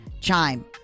Chime